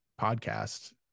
podcast